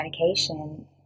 medication